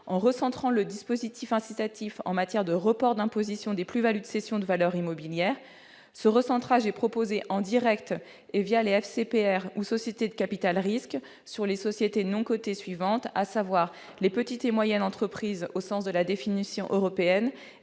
en recentrant le dispositif incitatif en matière de report d'imposition des plus-values de cession de valeurs mobilières. Ce recentrage est proposé en direct et les FCPR ou sociétés de capital-risque sur les sociétés non cotées suivantes : les petites et moyennes entreprises au sens de la définition européenne